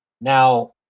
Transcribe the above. Now